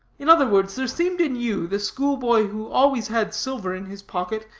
in other words, there seemed in you, the schoolboy who always had silver in his pocket,